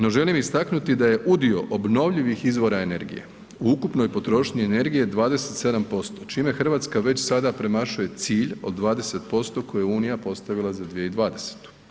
No želim istaknuti da je udio obnovljivih izvora energije u ukupnoj potrošnji energije 27%, čime Hrvatska već sada premašuje cilj od 20% koje je Unija postavila za 2020.